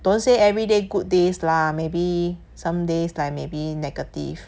don't say everyday good days lah maybe some days like maybe negative